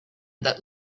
that